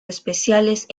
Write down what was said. especiales